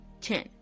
Ten